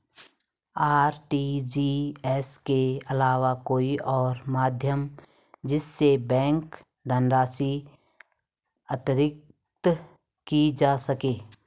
RTGS के अलावा कोई और माध्यम जिससे बैंक धनराशि अंतरित की जा सके?